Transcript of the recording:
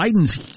Biden's